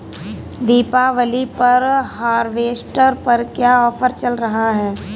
दीपावली पर हार्वेस्टर पर क्या ऑफर चल रहा है?